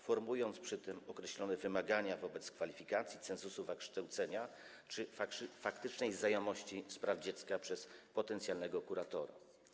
Formułuje się przy tym określone wymagania wobec kwalifikacji, cenzusu wykształcenia czy faktycznej znajomości spraw dziecka przez potencjalnego kuratora.